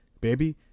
baby